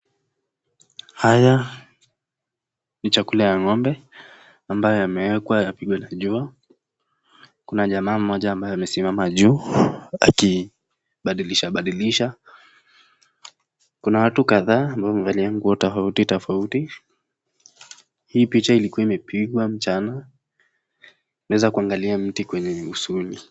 Haya ni chakula ya ng'ombe, ambayo yamewekwa yapigwe na jua, kuna jamaa mmoja ambaye amesimama juu, akibadilisha badilisha. Kuna watu kadhaa ambao wamevalia nguo tofauti tofauti. Hii picha ilikua imepigwa mchana, unaweza kuangalia miti kwenye uzuri.